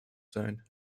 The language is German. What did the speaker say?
sein